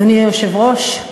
אדוני היושב-ראש,